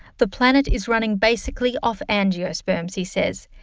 the planet is running basically off angiosperms he says,